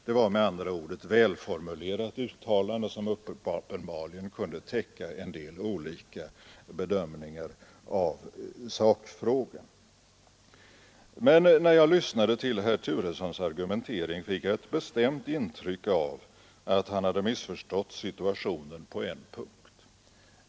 Det var med andra ord ett välformulerat uttalande, som uppenbarligen kunde täcka en del olika bedömningar av sakfrågan. Men när jag lyssnade till herr Turessons argumentering fick jag ett bestämt intryck av att han hade missförstått situationen på en punkt.